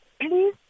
please